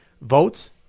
votes